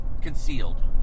concealed